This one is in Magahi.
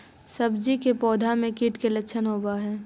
सब्जी के पौधो मे कीट के लच्छन होबहय?